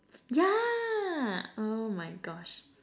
yeah oh my gosh